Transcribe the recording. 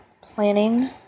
planning